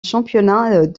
championnat